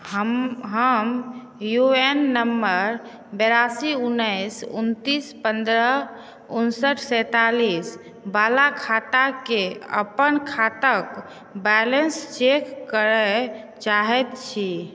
हम हम U N number बेरासी उन्नैस उनतीस पन्द्रह उनसठि सैंतालिस बाला खाताके अपन खाताक बैलेन्स चेक करै चाहैत छी